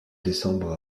décembre